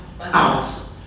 out